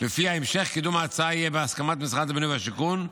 שלפיה המשך קידום ההצעה יהיה בהסכמת משרד הבינוי והשיכון,